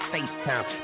FaceTime